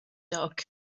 dog